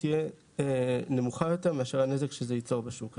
תהיה נמוכה יותר מאשר הנזק שזה ייצור בשוק הזה.